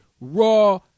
Raw